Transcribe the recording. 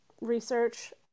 research